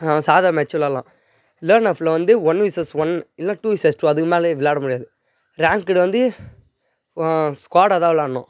சாதா மேட்ச்சும் விளாடலாம் லேன் னெஃப்பில் வந்து ஒன் விஸ்ஸஸ் ஒன் இல்லைன்னா டூ விஸ்ஸஸ் டூ அதுக்கு மேலேயும் விளாட முடியாது ரேங்க்கெடு வந்து ஸ்குவாடாகதான் விளாடணும்